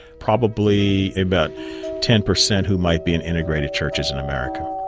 probably about ten percent who might be in integrated churches in america.